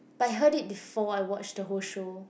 but I heard it before I watched the whole show